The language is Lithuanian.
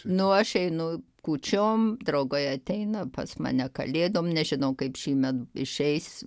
nu aš einu kūčiom draugai ateina pas mane kalėdom nežinau kaip šįmet išeis